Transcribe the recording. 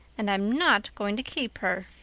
and i'm not going to keep her.